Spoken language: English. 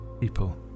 ...people